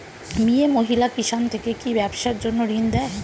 মিয়ে মহিলা কিষান থেকে কি ব্যবসার জন্য ঋন দেয়?